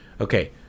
Okay